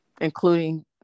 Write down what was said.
Including